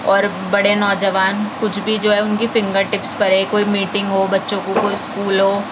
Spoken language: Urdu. اور بڑے نوجوان کچھ بھی جو ہے ان کی فنگر ٹپس پر ہے کوئی میٹنگ ہو بچوں کو کوئی اسکول ہو